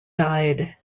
died